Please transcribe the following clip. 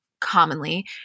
Commonly